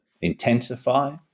intensify